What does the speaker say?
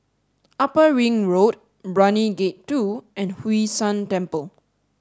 Upper Ring Road Brani Gate two and Hwee San Temple